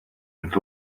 with